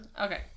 Okay